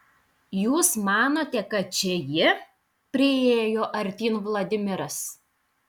jūs manote kad čia ji priėjo artyn vladimiras